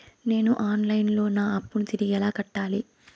నేను online లో నా అప్పును తిరిగి ఎలా కట్టాలి?